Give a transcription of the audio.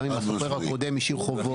גם אם הסוחר הקודם השאיר חובות.